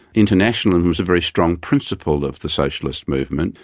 internationalism was a very strong principle of the socialist movement,